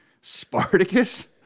spartacus